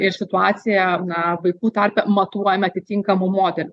ir situaciją na vaikų tarpe matuojame atitinkamu modeliu